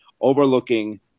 overlooking